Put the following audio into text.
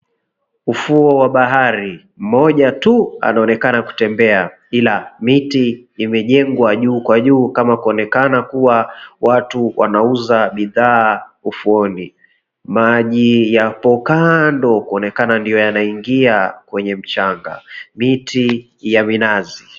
Ufuo wa bahari, moja tu anaonekana kutembea ila miti imejengwa juu kwa juu kama kuonekana kuwa watu wanauza bidhaa ufuoni. Maji yapo kando kuonekana ndiyo yanaingia kwenye mchanga. Miti ya minazi.